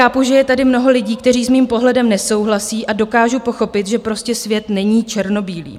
Chápu, že je tady mnoho lidí, kteří s mým pohledem nesouhlasí, a dokážu pochopit, že prostě svět není černobílý.